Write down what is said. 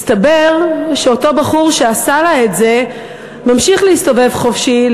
מסתבר שאותו בחור שעשה לה את זה ממשיך להסתובב חופשי,